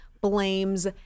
blames